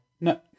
No